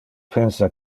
pensa